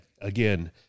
again